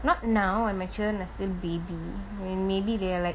not now when my children are still baby mm when maybe they are like